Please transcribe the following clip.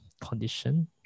condition